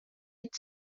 eat